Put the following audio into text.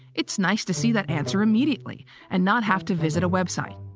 it's nice to see that answer immediately and not have to visit a website.